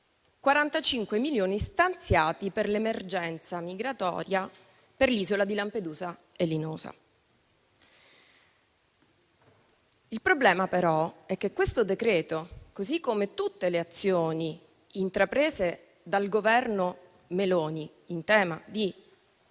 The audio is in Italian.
45 milioni, stanziati per l'emergenza migratoria per l'isola di Lampedusa e Linosa. Il problema però è che questo decreto, così come tutte le azioni intraprese dal Governo Meloni in tema di